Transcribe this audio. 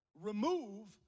remove